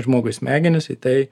žmogui smegenys į tai